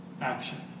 action